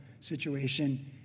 situation